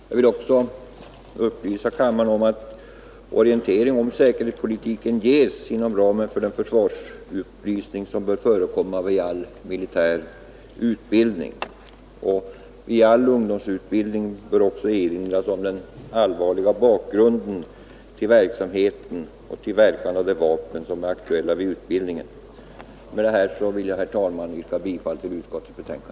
Jag vill också meddela kammaren att orientering om säkerhetspolitiken ges inom ramen för den försvarsupplysning som bör förekomma vid all militär utbildning. Vid all ungdomsutbildning bör också erinras om den allvarliga bakgrunden till verksamheten och om verkan av de vapen som är aktuella vid utbildningen. Med detta vill jag, herr talman, yrka bifall till utskottets hemställan.